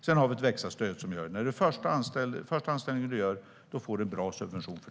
Sedan har vi ett växa-stöd som gör att du får en bra subvention för den första anställningen du gör.